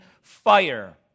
fire